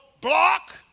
block